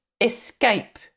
escape